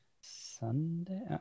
Sunday